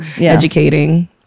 educating